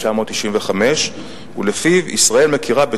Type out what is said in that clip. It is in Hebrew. נוסיף על כך מגמות נוספות שהשלטון המרכזי יוזם כלפי השלטון המקומי,